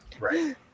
right